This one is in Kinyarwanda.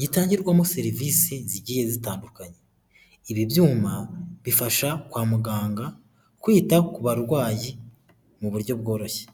gitangirwamo serivisi zigiye zitandukanye, ibi byuma bifasha kwa muganga kwita ku barwayi mu buryo bworoshye.